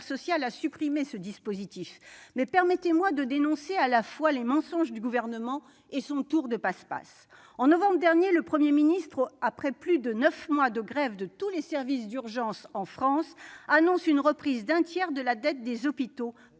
sociales a supprimé ce dispositif, mais permettez-moi de dénoncer à la fois les mensonges du Gouvernement et son tour de passe-passe. En novembre dernier, le Premier ministre, après plus de neuf mois de grève de l'ensemble des services d'urgence de France, avait annoncé la reprise d'un tiers de la dette des hôpitaux